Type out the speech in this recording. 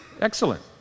Excellent